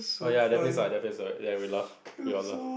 oh ya definitely saw I definitely saw it we laugh we got laugh